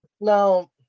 Now